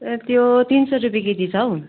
ए त्यो तिन सय रुपियाँ केजी छ हौ